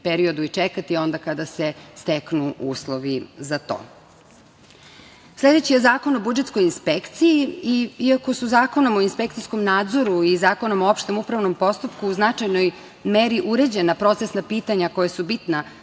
periodu i čekati onda kada se steknu uslovi za to. Sledeći je Zakon o budžetskoj inspekciji. Iako su Zakonom o inspekcijskom nadzoru i Zakonom o opštem upravnom postupku u značajnoj meri uređena procesna pitanja koja su bitna